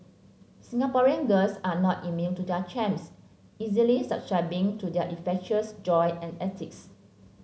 Singaporean girls are not immune to their charms easily succumbing to their infectious joy and antics